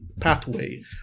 pathway